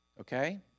okay